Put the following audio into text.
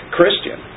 Christian